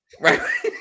right